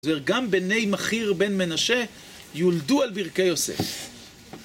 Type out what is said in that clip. וגם בני מכיר בן מנשה יולדו על ברכי יוסף.